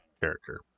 character